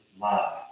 love